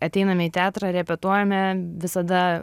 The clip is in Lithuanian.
ateiname į teatrą repetuojame visada